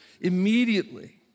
immediately